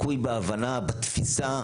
לקוי בהבנה, בתפיסה.